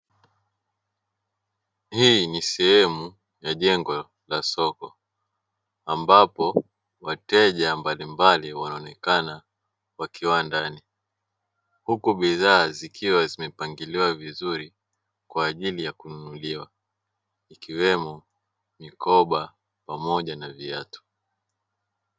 Hii ni sehemu ya jengo la soko ambapo wateja mbalimbali wanaonekana wakiwa ndani, huku bidhaa zikiwa zimepangiliwa vizuri kwa ajili ya kununuliwa ikiwemo mikoba pamoja na viatu.